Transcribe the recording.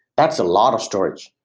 that's a lot of storage.